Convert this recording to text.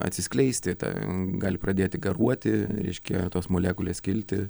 atsiskleisti gali pradėti garuoti reiškia tos molekulės kilti